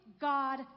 God